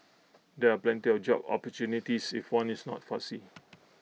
there are plenty of job opportunities if one is not fussy